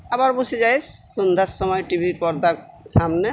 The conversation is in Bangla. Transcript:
আবার বসে যাই সন্ধ্যার সময় টিভি পর্দার সামনে